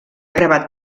gravat